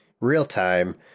real-time